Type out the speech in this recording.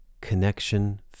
connection